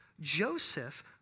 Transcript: Joseph